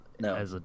no